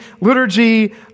liturgy